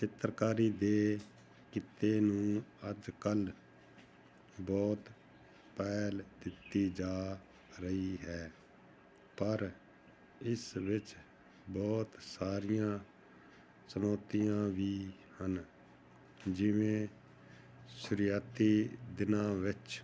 ਚਿੱਤਰਕਾਰੀ ਦੇ ਕਿੱਤੇ ਨੂੰ ਅੱਜ ਕੱਲ੍ਹ ਬਹੁਤ ਪਹਿਲ ਦਿੱਤੀ ਜਾ ਰਹੀ ਹੈ ਪਰ ਇਸ ਵਿੱਚ ਬਹੁਤ ਸਾਰੀਆਂ ਚੁਣੋਤੀਆਂ ਵੀ ਹਨ ਜਿਵੇਂ ਸ਼ੁਰੂਆਤੀ ਦਿਨਾਂ ਵਿੱਚ